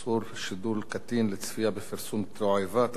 איסור שידול קטין לצפייה בפרסום תועבה),